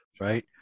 right